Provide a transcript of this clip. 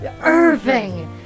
Irving